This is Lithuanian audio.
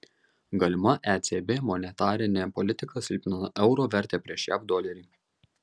galima ecb monetarinė politika silpnina euro vertę prieš jav dolerį